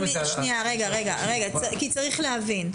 צריך להבין.